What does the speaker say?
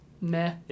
meh